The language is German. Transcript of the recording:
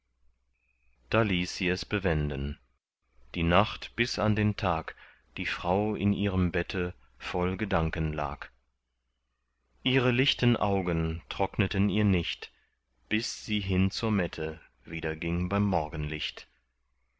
da ließ sie es bewenden die nacht bis an den tag die frau in ihrem bette voll gedanken lag ihre lichten augen trockneten ihr nicht bis sie hin zur mette wieder ging beim morgenlicht